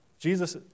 Jesus